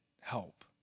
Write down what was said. help